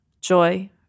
joy